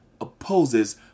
opposes